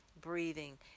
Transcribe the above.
breathing